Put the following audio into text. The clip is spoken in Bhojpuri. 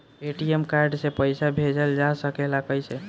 ए.टी.एम कार्ड से पइसा भेजल जा सकेला कइसे?